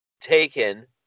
taken